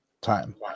time